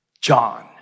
John